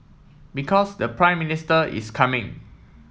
because the Prime Minister is coming